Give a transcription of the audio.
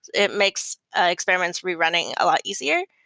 it makes experiments rerunning a lot easier.